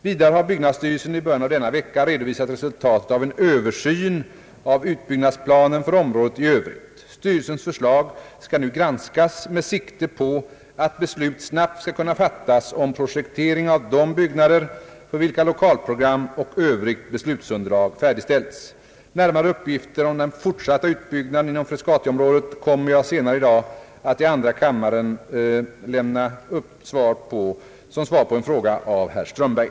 Vidare har byggnadsstyrelsen i början av denna vecka redovisat resultatet av en översyn av utbyggnadsplanen för området i övrigt. Styrelsens förslag skall nu granskas med sikte på att beslut snabbt skall kunna fattas om projektering av de byggnader för vilka lokalprogram och övrigt beslutsunderlag färdigställts. Närmare uppgifter om den fortsatta utbyggnaden inom =: Frescatiområdet kommer jag senare i dag att lämna i andra kammaren som svar på en fråga av herr Strömberg.